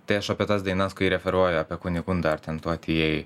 tai aš apie tas dainas kai referuoju apie kunigundą ar ten tu atėjai